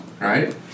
Right